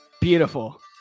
Beautiful